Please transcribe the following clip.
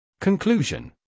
Conclusion